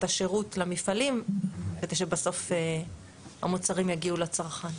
השירות למפעלים כדי שבסוף המוצרים יגיעו לצרכן.